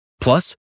Plus